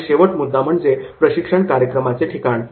आणि शेवटचा मुद्दा म्हणजे प्रशिक्षण कार्यक्रमाचे ठिकाण